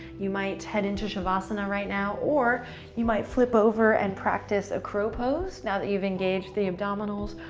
you might head into shavasana right now, or you might flip over and practice a crow pose now that you've engaged the abdominals,